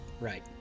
Right